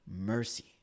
mercy